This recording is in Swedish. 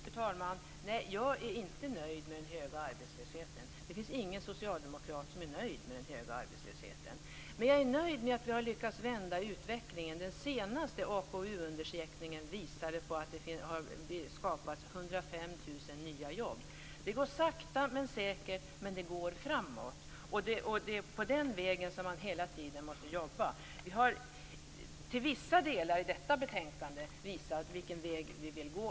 Fru talman! Nej, jag är inte nöjd med den höga arbetslösheten. Det finns ingen socialdemokrat som är nöjd med den höga arbetslösheten. Men jag är nöjd med att vi har lyckats vända utvecklingen. Den senaste AKU-undersökningen visar att det har skapats 105 000 nya jobb. Det går sakta men säkert, men det går framåt. Och det är på det sättet som man hela tiden måste jobba. Vi har till vissa delar i detta betänkande visat vilken väg som vi vill gå.